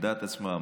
על דעת עצמו,